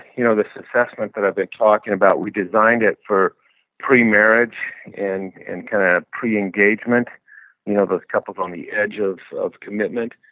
you know this assessment that i've been talking about, we designed it for pre-marriage and and kind of pre-engagement, you know those couples on the edge ah of commitment.